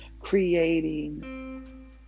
creating